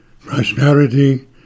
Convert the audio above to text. prosperity